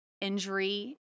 injury